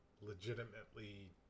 legitimately